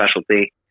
specialty